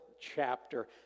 chapter